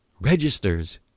registers